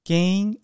Gain